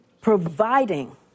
providing